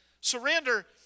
Surrender